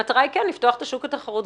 המטרה היא כן לפתוח את השוק לתחרות,